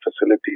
facilities